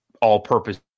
all-purpose